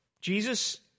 Jesus